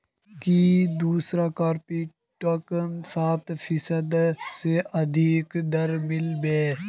की दूसरा कॉपरेटिवत सात फीसद स अधिक दर मिल बे